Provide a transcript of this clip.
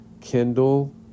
kindle